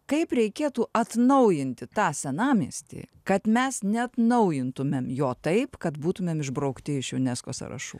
kaip reikėtų atnaujinti tą senamiestį kad mes neatnaujintumėm jo taip kad būtumėm išbraukti iš unesco sąrašų